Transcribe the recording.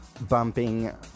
bumping